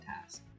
task